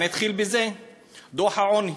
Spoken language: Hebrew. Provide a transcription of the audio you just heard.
אני אתחיל בדוח העוני.